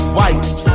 White